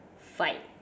fight